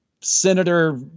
Senator